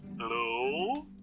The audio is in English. Hello